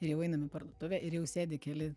ir jau einam į parduotuvę ir jau sėdi keli